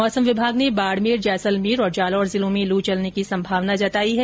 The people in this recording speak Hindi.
मौसम विभाग ने बाडमेर जैसलमेर और जालोर जिलों में लू चलने की संभावना जताई है